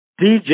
DJ